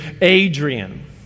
Adrian